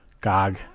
GOG